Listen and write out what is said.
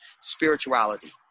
spirituality